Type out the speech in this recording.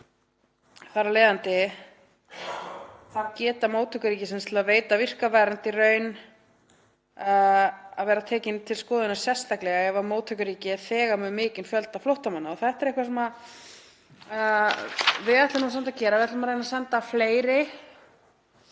Þar af leiðandi skal geta móttökuríkis til að veita virka vernd í raun vera tekin til skoðunar sérstaklega ef móttökuríki er þegar með mikinn fjölda flóttamanna. Þetta er eitthvað sem við ætlum samt að gera. Við ætlum að reyna að senda fleiri